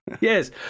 Yes